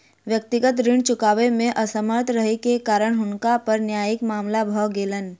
व्यक्तिगत ऋण चुकबै मे असमर्थ रहै के कारण हुनका पर न्यायिक मामला भ गेलैन